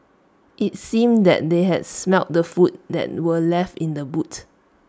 IT seemed that they had smelt the food that were left in the boot